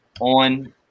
on